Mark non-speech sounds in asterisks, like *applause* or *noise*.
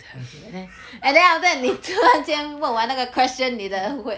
*laughs*